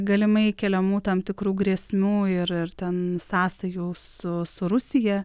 galimai keliamų tam tikrų grėsmių ir ten sąsajų su su rusija